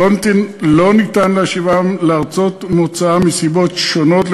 אך לא ניתן להשיבם לארצות מוצאם מסיבות שונות,